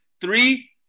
three